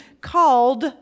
called